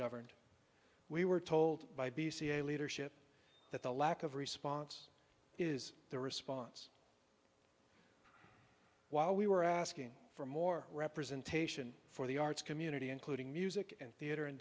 governed we were told by b c a leadership that the lack of response is the response while we were asking for more representation for the arts community including music and theater and